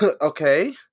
Okay